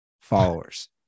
followers